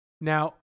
Now